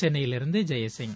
சென்னையிலிருந்து ஜெய்சிங்